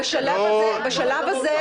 בשלב הזה,